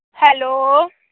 hello